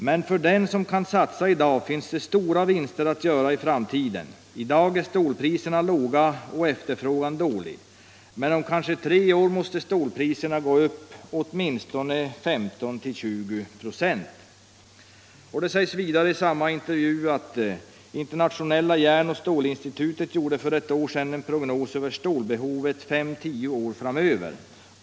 Med för den som kan satsa idag finns det stora vinster att göra i framtiden. Idag är stålpriserna låga och efterfrågan dålig. Men om kanske tre år måste stålpriserna gå upp åtminstone 15-20 procent.” I samma intervju säger han vidare: ”Internationella järnoch stålinstitutet gjorde för ett år sedan en prognos över stålbehovet fem-tio år framöver.